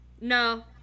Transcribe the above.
No